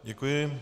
Děkuji.